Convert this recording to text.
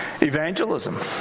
evangelism